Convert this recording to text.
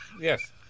Yes